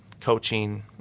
coaching